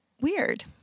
Weird